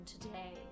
today